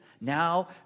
now